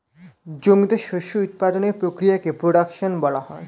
জমিতে শস্য উৎপাদনের প্রক্রিয়াকে প্রোডাকশন বলা হয়